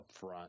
upfront